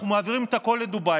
אנחנו מעבירים הכול לדובאי,